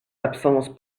absence